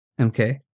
okay